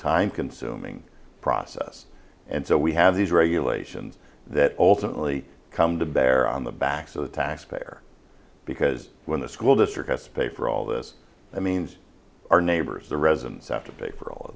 time consuming process and so we have these regulations that ultimately come to bear on the backs of the taxpayer because when the school district has to pay for all this i mean our neighbors the residents have to pay for all